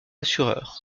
assureur